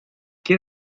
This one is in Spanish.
qué